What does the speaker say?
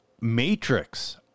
matrix